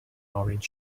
orange